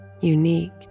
unique